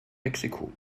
mexiko